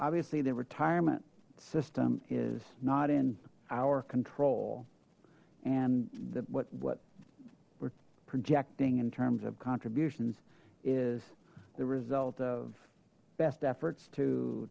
obviously the retirement system is not in our control and that what we're projecting in terms of contributions is the result of best efforts to